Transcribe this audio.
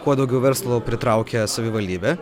kuo daugiau verslo pritraukia savivaldybė